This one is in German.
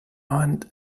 und